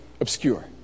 obscure